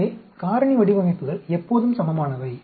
எனவே காரணி வடிவமைப்புகள் எப்போதும் சமமானவை